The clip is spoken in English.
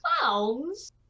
clowns